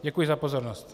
Děkuji za pozornost.